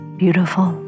beautiful